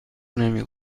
نمی